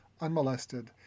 unmolested